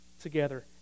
together